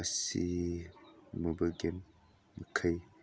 ꯑꯁꯤꯒꯨꯝꯕ ꯒꯦꯝ ꯃꯈꯩ